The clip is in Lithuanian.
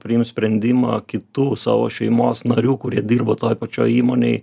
priimt sprendimą kitų savo šeimos narių kurie dirba toj pačioj įmonėj